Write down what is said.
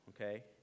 okay